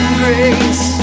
grace